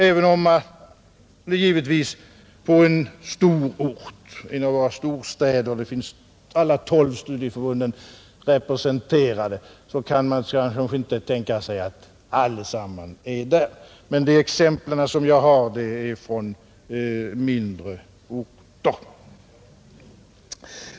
Även om på en stor ort — i några storstäder — alla tolv studieförbunden finns representerade, så kan man kanske inte tänka sig att allesammans är där, men de exempel som jag har är från mindre orter.